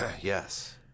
Yes